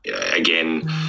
again